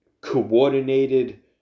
coordinated